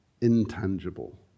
intangible